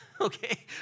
okay